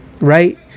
right